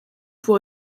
pour